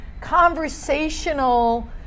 conversational